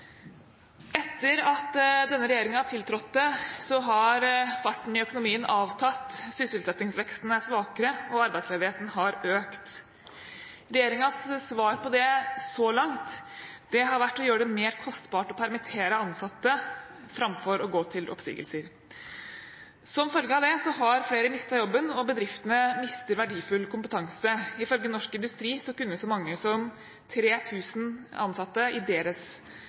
Etter at denne regjeringen tiltrådte, har farten i økonomien avtatt, sysselsettingsveksten er svakere, og arbeidsledigheten har økt. Regjeringens svar på det så langt har vært å gjøre det mer kostbart å permittere ansatte framfor å gå til oppsigelser. Som følge av det har flere mistet jobben, og bedriftene mister verdifull kompetanse. Ifølge Norsk Industri kunne så mange som 3 000 ansatte i deres